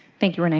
thank you and